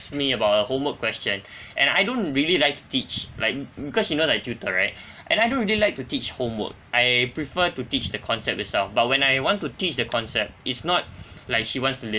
me about her homework question and I don't really like to teach like because you know like tutor right and I don't really like to teach homework I prefer to teach the concept itself but when I want to teach the concept is not like she wants to